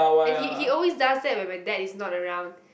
then he he always does that when my dad is not around